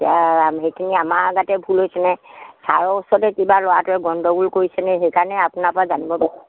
জানো সেইখিনি আমাৰ গাতে ভুল হৈছেনে ছাৰৰ ওচৰতে কিবা ল'ৰাটোৱে গণ্ডগোল কৰিছেনে সেইকাৰণে আপোনাৰ পৰা জানিব পাৰি